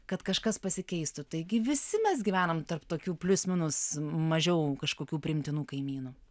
kad kažkas pasikeistų taigi visi mes gyvenam tarp tokių plius minus mažiau kažkokių priimtinų kaimynų